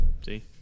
See